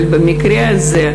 אבל במקרה הזה,